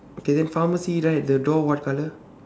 okay then pharmacy right the door what colour